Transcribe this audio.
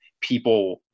people